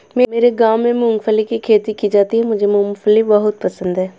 मेरे गांव में मूंगफली की खेती की जाती है मुझे मूंगफली बहुत पसंद है